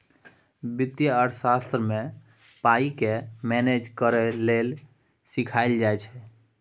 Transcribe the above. बित्तीय अर्थशास्त्र मे पाइ केँ मेनेज करय लेल सीखाएल जाइ छै